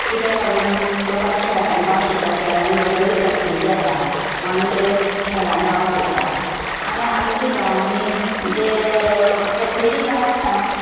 कित्या लागून लोक आतां शहरांत रावपाक सोदता शहरांत बरी बरी फॅसिलिटी आसात म्हणून ते शहरांत रावंक सोदतात आनी आमच्या गांवांनी जे फॅसिलिटी काय आसना